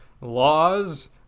laws